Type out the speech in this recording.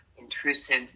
intrusive